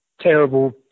terrible